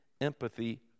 empathy